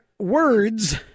Words